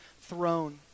throne